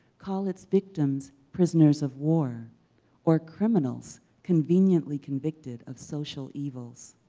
call its victims prisoners of war or criminals conveniently convicted of social evils,